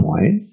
point